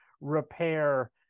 repair